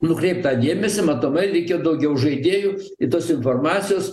nukreipt tą dėmesį matomai reikia daugiau žaidėjų i tos informacijos